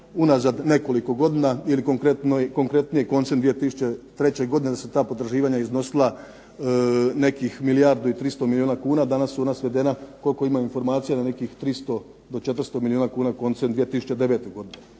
unazad nekoliko godina ili konkretnije koncem 2003. godine da su ta potraživanja iznosila nekih milijardu i 300 milijuna kuna. Danas su ona svedena koliko imam informacije na nekih 300 do 400 milijuna kuna koncem 2009. godine.